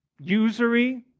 usury